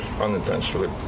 unintentionally